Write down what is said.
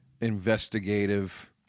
investigative